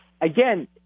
again